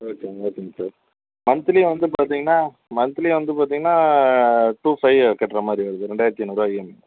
ஓகேங்க ஓகேங்க sir monthly வந்து பார்த்தீங்கன்னா மந்த்லி வந்து பார்த்தீங்கன்னா டூ ஃபைவ் கட்டுற மாதிரி வருது ரெண்டாயிரத்து ஐந்நூறுரூவா இஎம்ஐ